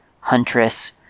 huntress